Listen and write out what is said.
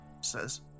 says